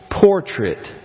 portrait